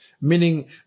Meaning